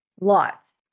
Lots